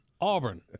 Auburn